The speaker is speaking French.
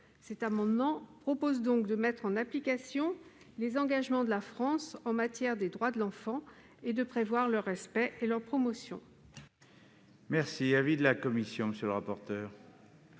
Cet amendement vise donc à mettre en application les engagements de la France en matière des droits de l'enfant et à prévoir leur respect et leur promotion. Quel est l'avis de la commission ? La